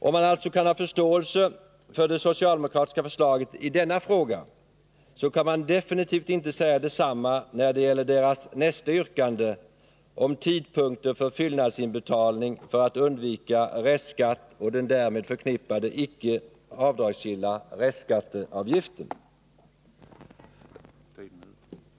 Om man alltså kan ha förståelse för det socialdemokratiska förslaget i denna fråga kan man definitivt inte säga detsamma om yrkandet beträffande tidpunkten för fyllnadsinbetalning för att undvika restskatt och den därmed förknippade icke avdragsgilla restskatteavgiften.